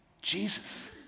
Jesus